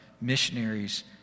missionaries